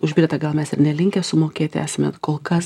už bilietą gal mes ir nelinkę sumokėti esame kol kas